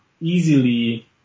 easily